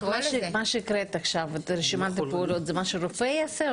רשימת הפעולות שהקראת עכשיו היא של מה שרופא יעשה,